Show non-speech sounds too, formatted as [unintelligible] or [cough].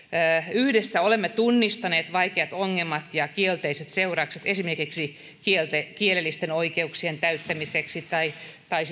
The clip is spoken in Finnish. yhdessä olemme tunnistaneet vaikeat ongelmat ja kielteiset seuraukset esimerkiksi kielellisten oikeuksien täyttämiseksi tai tai [unintelligible]